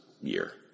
year